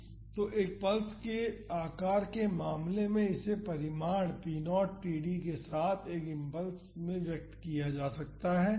तो एक पल्स के आकार के मामले में इसे परिमाण p0 td के साथ एक इम्पल्स में व्यक्त किया जा सकता है